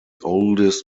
oldest